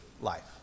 life